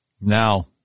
Now